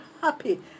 happy